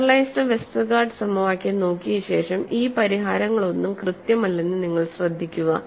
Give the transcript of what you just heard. generalised Westergaard സമവാക്യം നോക്കിയ ശേഷം ഈ പരിഹാരങ്ങളൊന്നും കൃത്യമല്ലെന്ന് നിങ്ങൾ ശ്രദ്ധിക്കുക